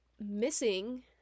missing